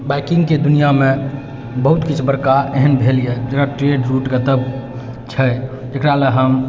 बाइकिङ्गके दुनियामे बहुत किछु बड़का एहन भेल अइ छै जकरालए हम